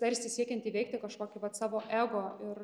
tarsi siekiant įveikti kažkokį vat savo ego ir